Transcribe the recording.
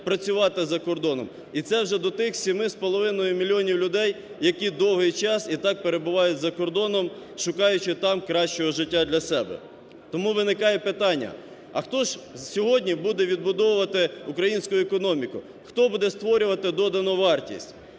працювати за кордоном. І це вже до тих 7 з половиною мільйонів людей, які довгий час і так перебувають за кордоном, шукаючи там кращого життя для себе. Тому виникає питання: а хто ж сьогодні буде відбудовувати українську економіку, хто буде створювати додану вартість?